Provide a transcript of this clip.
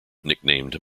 nicknamed